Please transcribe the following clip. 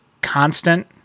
constant